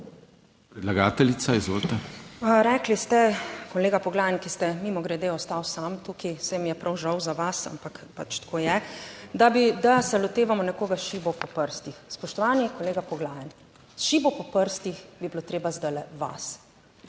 ZUPANČIČ (PS Svoboda): Rekli ste, kolega Poglajen, ki ste mimogrede ostal sam tukaj, saj mi je prav žal za vas, ampak pač tako je, da bi, da se lotevamo nekoga s šibo po prstih. Spoštovani kolega Poglajen, s šibo po prstih bi bilo treba zdaj vas,